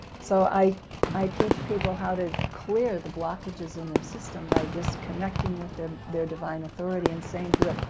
so i i teach people how to clear the blockages in their system by just connecting with their their divine authority and saying to it,